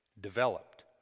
developed